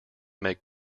make